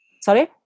Sorry